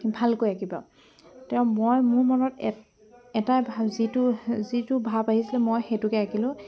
ভালকৈ আঁকিব তেওঁ মই মোৰ মনত এটা যিটো যিটো ভাব আহিছিলে মই সেইটোকে আঁকিলো